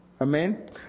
Amen